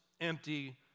empty